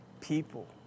people